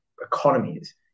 economies